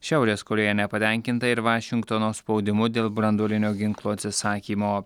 šiaurės korėja nepatenkinta ir vašingtono spaudimu dėl branduolinio ginklo atsisakymo